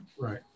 Right